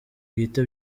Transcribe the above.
bwite